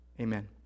amen